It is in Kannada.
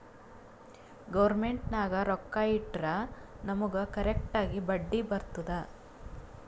ಗೌರ್ಮೆಂಟ್ ನಾಗ್ ರೊಕ್ಕಾ ಇಟ್ಟುರ್ ನಮುಗ್ ಕರೆಕ್ಟ್ ಆಗಿ ಬಡ್ಡಿ ಬರ್ತುದ್